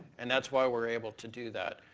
and that's why we're able to do that.